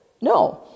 No